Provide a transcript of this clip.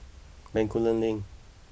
Bencoolen Link